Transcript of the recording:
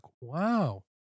wow